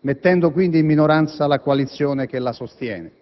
mettendo quindi in minoranza la coalizione che la sostiene.